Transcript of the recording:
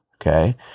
okay